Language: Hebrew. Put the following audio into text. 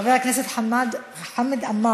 חבר הכנסת חמד עמאר.